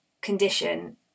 condition